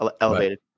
elevated